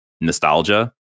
nostalgia